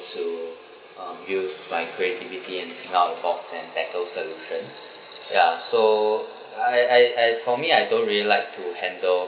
to um use find creativity and out of the box and tackle solution ya so I I I for me I don't really like to handle